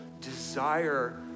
desire